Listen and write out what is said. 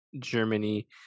Germany